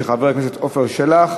של חבר הכנסת עפר שלח.